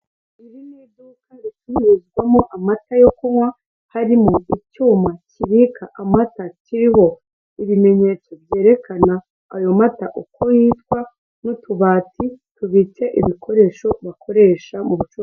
Iri ni iduka ricururizwamo amata yo kunywa, harimo icyuma kibika amata kiriho ibimenyetso byerekana ayo mata uko yitwa n'utubati tubitse ibikoresho bakoresha mu bucuruzi.